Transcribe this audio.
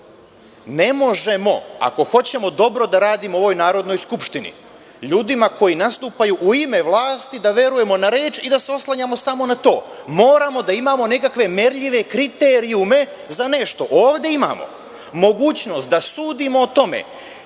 Ne možemo, ako hoćemo dobro da radimo u ovoj Narodnoj skupštini, ljudima koji nastupaju u ime vlasti da verujemo na reč i da se oslanjamo samo na to. Moramo da imamo nekakve merljive kriterijume za nešto. Ovde imamo mogućnost da sudimo o tome